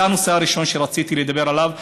זה הנושא הראשון שרציתי לדבר עליו,